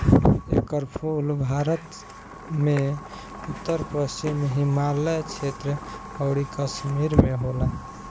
एकर फूल भारत में उत्तर पश्चिम हिमालय क्षेत्र अउरी कश्मीर में होला